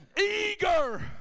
eager